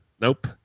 Nope